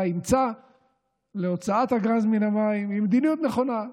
אימצה להוצאת הגז מן המים היא מדיניות נכונה.